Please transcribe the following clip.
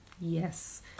yes